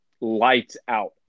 Lights-out